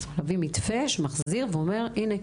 תביאו מתווה שמחזיר ואומר הינה,